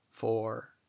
Four